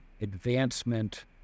advancement